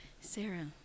Sarah